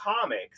comics